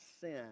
sin